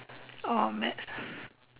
oh maths